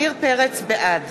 בעד